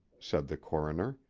said the coroner.